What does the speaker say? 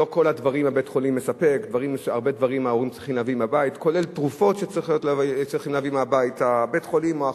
להיכנס להצדקה למעשה הזה של החלטת אחיות שעוזבות את בתי-החולים ויוצאות